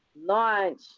launch